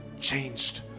changed